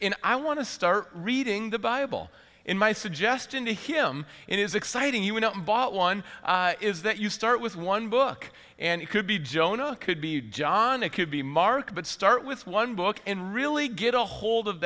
so i want to start reading the bible in my suggestion to him it is exciting you went out and bought one is that you start with one book and it could be jonah could be john it could be mark but start with one book and really get a hold of